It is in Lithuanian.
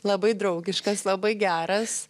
labai draugiškas labai geras